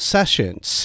Sessions